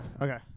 okay